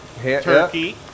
turkey